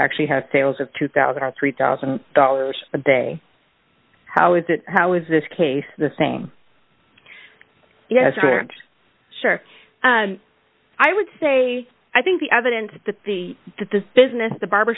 actually had sales of two thousand or three thousand dollars a day how is it how is this case the same yes for sure i would say i think the evidence that the that the business the barber